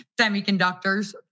semiconductors